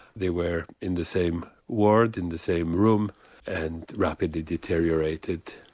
they were in the same ward, in the same room and rapidly deteriorated.